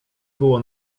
było